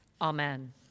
Amen